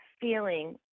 feeling